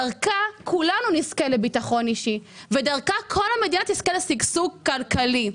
דרך זה כולנו נזכה לביטחון אישי ודרך זה כל המדינה תזכה לשגשוג כלכלי.